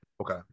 okay